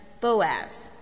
Boaz